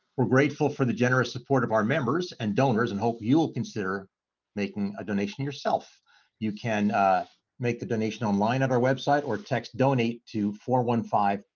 we're grateful for the generous support of our members and donors and hopefully you will consider making a donation yourself you can make the donation online at our website or text donate two four one five.